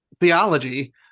theology